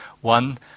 one